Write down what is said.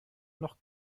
noch